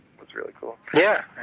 was really cool. yeah